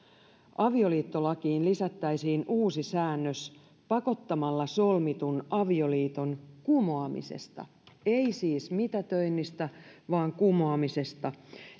avioliittolakiin lisättäisiin uusi säännös pakottamalla solmitun avioliiton kumoamisesta ei siis mitätöinnistä vaan kumoamisesta